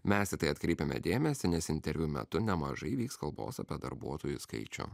mes į tai atkreipiame dėmesį nes interviu metu nemažai vyks kalbos apie darbuotojų skaičių